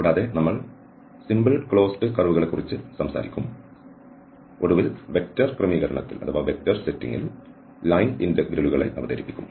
കൂടാതെ നമ്മൾ simple closed കർവുകളെക്കുറിച്ച് സംസാരിക്കും ഒടുവിൽ വെക്റ്റർ ക്രമീകരണത്തിൽ ലൈൻ ഇന്റഗ്രലുകളെ അവതരിപ്പിക്കും